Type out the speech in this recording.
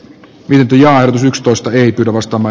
myynti ja ostosta ei pidä mustamo